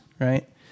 right